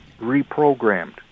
reprogrammed